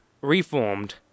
reformed